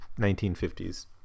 1950s